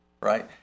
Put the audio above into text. right